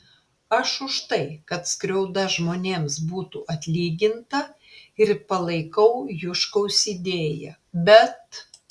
aš už tai kad skriauda žmonėms būtų atlyginta ir palaikau juškaus idėją bet